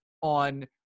on